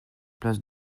place